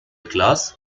class